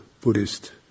Buddhist